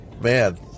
man